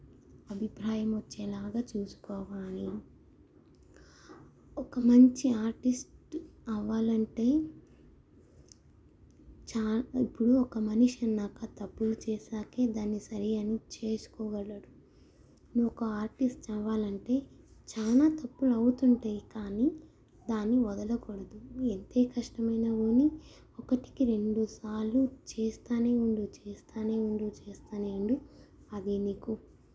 అభిప్రాయం వచ్చేలాగా చూసుకోవాలి ఒక మంచి ఆర్టిస్ట్ అవ్వాలంటే చా ఇప్పుడు ఒక మనిషి అన్నాక తప్పులు చేసాకే దాన్ని సరి అని చేసుకోగలడు నువ్వు ఒక ఆర్టిస్ట్ అవ్వాలంటే చాలా తప్పులు అవుతుంటాయి కానీ దాన్ని వదలకూడదు ఎంత కష్టమైనా కానీ ఒకటికి రెండుసార్లు చేస్తూనే ఉండు చేస్తూనే ఉండు చేస్తూనే ఉండు అది నీకు